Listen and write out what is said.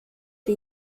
die